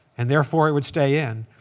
and therefore, it would stay in.